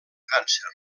càncer